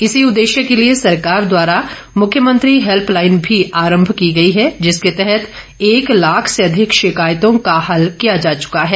इसी उददेश्य के लिए सरकार द्वारा मुख्यमंत्री हैल्पलाईन भी आरंभ की गई है जिसके तहत एक लाख से अधिक शिकायतों का हल किया जा चुका है